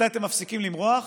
מתי אתם מפסיקים למרוח?